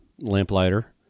Lamplighter